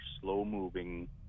slow-moving